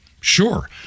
Sure